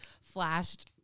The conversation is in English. flashed